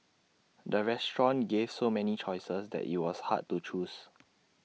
the restaurant gave so many choices that IT was hard to choose